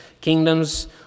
kingdoms